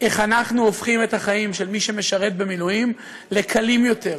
איך אנחנו הופכים את החיים של מי שמשרת במילואים לקלים יותר,